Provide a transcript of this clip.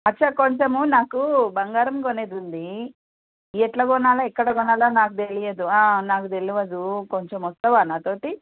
అచ్చా కొంచెము నాకు బంగారం కొనేది ఉంది ఎట్లా కొనాలి ఎక్కడ కొనాలి నాకు తెలియదు నాకు తెలియదు కొంచెము వస్తావా నాతోటి